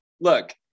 look